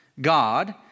God